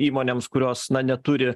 įmonėms kurios neturi